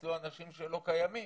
ניצלו אנשים שלא קיימים.